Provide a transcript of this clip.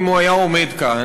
אם הוא היה עומד כאן,